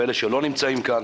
ולאלה שלא נמצאים כאן.